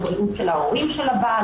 לבריאות של ההורים של הבעל,